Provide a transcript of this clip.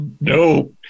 no